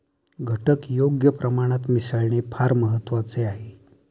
घटक योग्य प्रमाणात मिसळणे फार महत्वाचे आहे